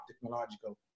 technological